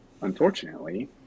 unfortunately